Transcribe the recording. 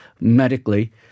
medically